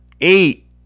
eight